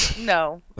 No